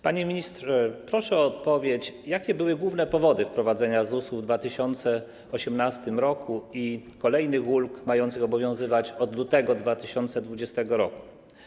Panie ministrze, proszę o odpowiedź na pytanie, jakie były główne powody wprowadzenia ZUS-u w 2018 r. i kolejnych ulg mających obowiązywać od lutego 2020 r.